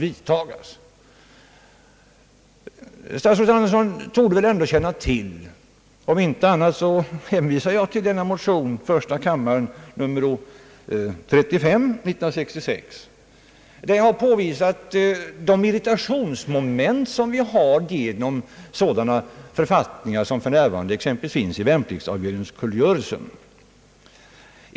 Statsrådet Andersson torde väl ändå känna till min motion — i varje fall vill jag hänvisa till denna motion, nr 35 år 1966 i första kammaren — där jag påvisade de irritationsmoment som vi har genom sådana författningar som för närvarande finns, t.ex. i värnpliktsavlöningskungörelsen.